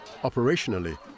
operationally